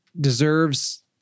deserves